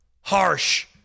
harsh